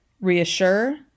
Reassure